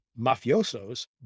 mafiosos